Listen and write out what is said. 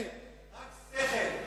רק שכל.